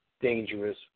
dangerous